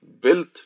built